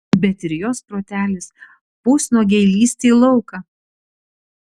bet ir jos protelis pusnuogei lįsti į lauką